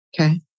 okay